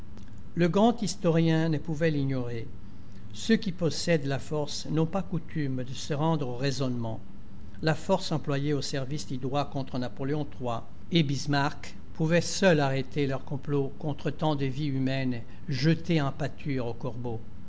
le grand historien ne pouvait l'ignorer ceux qui possèdent la force n'ont pas coutume de se rendre au raisonnement la force employée au service du droit contre napoléon iii et la commune bismark pouvait seule arrêter leur complot contre tant de vies humaines jetées en pâture aux corbeaux